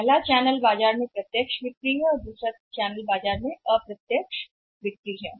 एक चैनल बाजार में प्रत्यक्ष बिक्री है और दूसरा चैनल बाजार में अप्रत्यक्ष बिक्री है